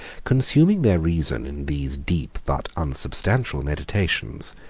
consuming their reason in these deep but unsubstantial meditations,